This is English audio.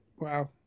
Wow